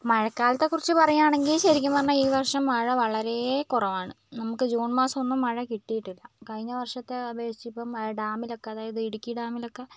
മഴക്കാലത്തെക്കുറിച്ച് പറയുവാണെങ്കിൽ ശരിക്കും പറഞ്ഞാൽ ഈ വർഷം മഴ വളരെക്കുറവാണ് നമുക്ക് ജൂൺ മാസം ഒന്നും മഴ കിട്ടിയിട്ടില്ല കഴിഞ്ഞവർഷത്തെ അപേക്ഷിച്ച് ഇപ്പോൾ ഡാമിലൊക്കെ അതായത് ഇടുക്കി ഡാമിലൊക്കെ